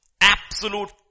Absolute